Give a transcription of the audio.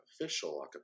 official